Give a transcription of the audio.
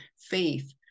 faith